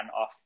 off